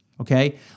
Okay